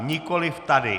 Nikoliv tady!